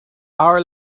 our